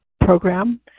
program